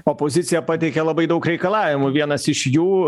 opozicija pateikė labai daug reikalavimų vienas iš jų